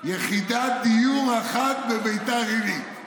יחידת דיור אחת בביתר עילית.